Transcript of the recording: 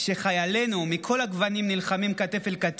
חידשת לי.